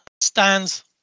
stands